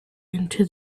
into